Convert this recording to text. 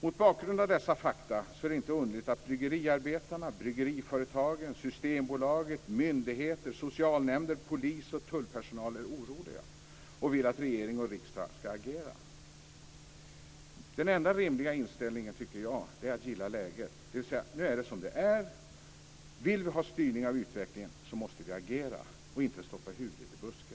Mot bakgrund av dessa fakta är det inte underligt att bryggeriarbetarna, bryggeriföretagen, Systembolaget, myndigheter, socialnämnder, polis och tullpersonal är oroliga och vill att regering och riksdag ska agera. Den enda rimliga inställningen, tycker jag, är att gilla läget. Nu är det som det är, vill vi ha styrning av utvecklingen måste vi agera och inte stoppa huvudet i busken.